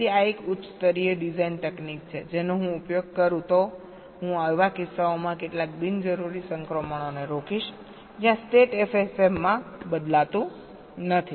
તેથી આ એક ઉચ્ચ સ્તરીય ડિઝાઇન તકનીક છે જેનો હું ઉપયોગ કરું તો હું એવા કિસ્સાઓમાં કેટલાક બિનજરૂરી સંક્રમણોને રોકીશ જ્યાં સ્ટેટ FSM માં બદલાતું નથી